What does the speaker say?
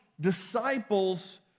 disciples